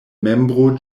membro